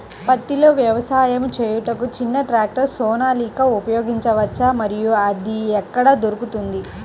పత్తిలో వ్యవసాయము చేయుటకు చిన్న ట్రాక్టర్ సోనాలిక ఉపయోగించవచ్చా మరియు అది ఎక్కడ దొరుకుతుంది?